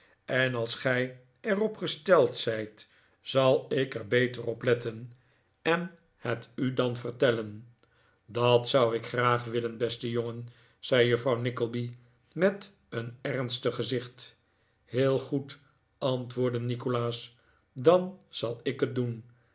en als gij er op gesteld zijt zal ik er beter op letten en het u dan vertellen dat zou ik graag willen beste jongen zei juffrouw nickleby met een ernstig gezicht heel goed antwoordde nikolaas dan zal ik het doen